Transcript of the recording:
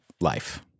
life